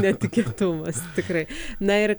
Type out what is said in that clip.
netikėtumas tikrai na ir